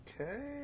Okay